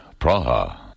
Praha